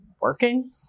working